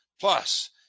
Plus